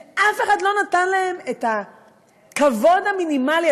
ואף אחד לא נתן להם את הכבוד המינימלי.